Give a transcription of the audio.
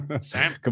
Sam